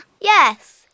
Yes